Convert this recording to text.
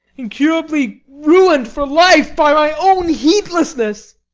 incurably ruined for life by my own heedlessness!